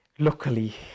Luckily